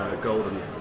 golden